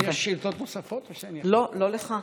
יש שאילתות נוספות או שאני, לא, לא לך.